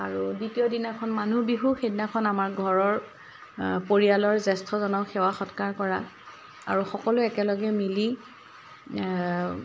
আৰু দ্বিতীয় দিনাখন মানুহবিহু সেইদিনাখন আমাৰ ঘৰৰ পৰিয়ালৰ জ্য়েষ্ঠজনক সেৱা সৎকাৰ কৰা আৰু সকলোৱে একেলগে মিলি